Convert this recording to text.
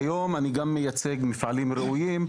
כיום אני גם מייצג מפעלים ראויים,